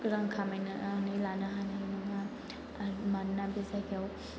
रां खामायनानै लानो हानाय नङा मानोना बे जायगायाव